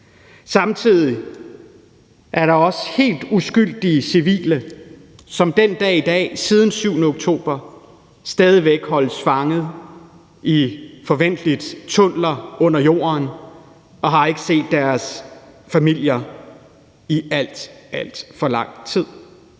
Samtidig er der også helt uskyldige civile, som den dag i dag og siden den 7. oktober stadig væk holdes fanget, formentlig i tunneller under jorden, og ikke har set deres familier i alt, alt for lang tid.